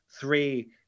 three